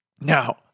Now